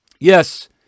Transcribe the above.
yes